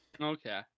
okay